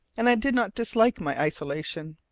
and i did not dislike my isolation.